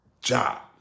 job